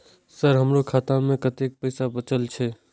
Sir हमरो खाता में कतेक पैसा बचल छे?